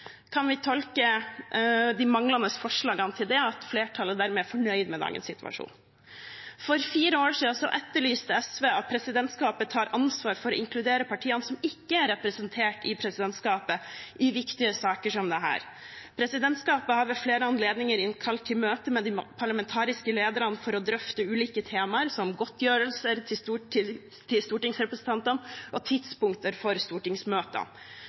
Kan vi tolke de manglende forslagene som at flertallet dermed er fornøyd med dagens situasjon? For fire år siden etterlyste SV at presidentskapet tar ansvar for å inkludere de partiene som ikke er representert i presidentskapet, i viktige saker som dette. Presidentskapet har ved flere anledninger innkalt til møte med de parlamentariske lederne for å drøfte ulike temaer, som godtgjørelser til stortingsrepresentantene og tidspunkt for stortingsmøtene.